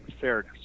fairness